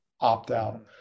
opt-out